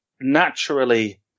naturally